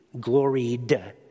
gloried